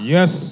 Yes